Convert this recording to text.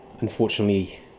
unfortunately